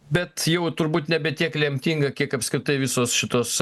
bet jau turbūt nebe tiek lemtinga kiek apskritai visos šitos